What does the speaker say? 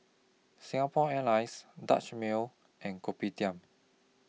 Singapore Airlines Dutch Mill and Kopitiam